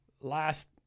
last